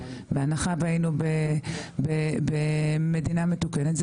בהנחה שהיינו במדינה מתוקנת,